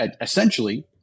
essentially